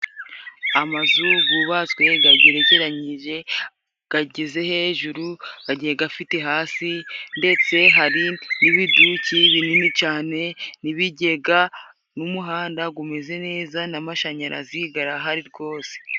Amazu yubatswe gagerekeranyije gageze hejuru, gagiye gafite hasi ndetse hari n'ibiduki binini cyane, n'ibigega, n'umuhanda gumeze neza n'amashanyarazi garahari rwose.